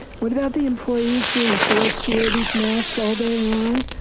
what about the employees being forced to wear these masks all day long,